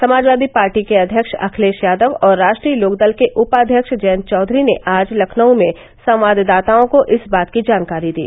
Samajwadi party के अध्यक्ष अखिलेष यादव और राश्ट्रीय लोकदल के उपाध्यक्ष जयंत चौधरी ने आज लखनऊ में संवाददाताओं को इस बात की जानकारी दी